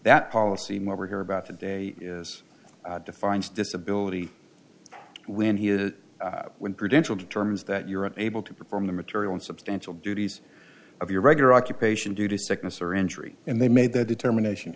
that policy more were here about to day is defines disability when he is when prudential determines that you're unable to perform the material in substantial duties of your regular occupation due to sickness or injury and they made that determination